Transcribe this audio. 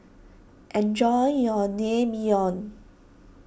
enjoy your Naengmyeon